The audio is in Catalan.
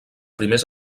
primers